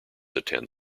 attend